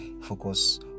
focus